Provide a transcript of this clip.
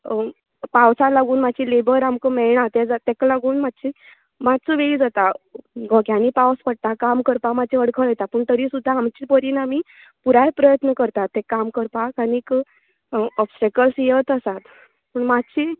अ पावसा लागून लेबर मात्शे आमकां मेळना ते जात तेका लागून मात्शे मात्सो वेळ जाता घोग्यांनी पावस पडटा काम करपा मातशी अडखळ येता पूण तरी सुद्दां आमची परिन आमी पुराय प्रयत्न करता ते काम करपाक आनीक ऑबस्टेकल्स येयत आसात पूण मात्शी